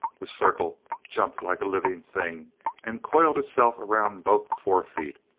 the circle jumped like a living thing and coiled itself around both forefeet,